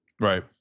right